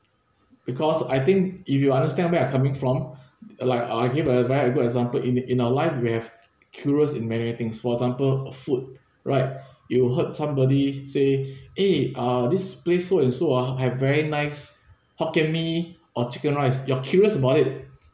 because I think if you understand where I'm coming from uh like uh I give a very good example in in our life we have curious in many things for example of food right you heard somebody say eh ah this place so and so ah have very nice hokkien mee or chicken rice you are curious about it